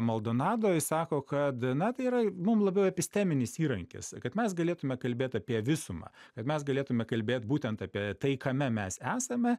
maldonado jis sako kad na tai yra mum labiau episteminis įrankis kad mes galėtume kalbėt apie visumą kad mes galėtume kalbėt būtent apie tai kame mes esame